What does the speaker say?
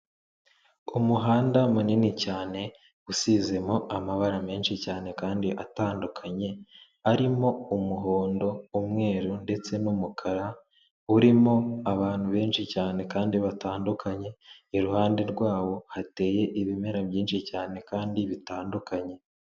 Umuhanda munini cyane usizemo amabara menshi cyane kandi atandukanye arimo umuhondo, umweru ndetse n'umukara. Urimo abantu benshi cyane kandi batandukanye, iruhande rwabo hateye ibimera byinshi cyane kandi bitandukanye.